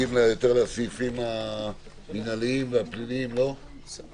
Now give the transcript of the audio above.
בפרק